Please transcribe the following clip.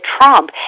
Trump